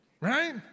Right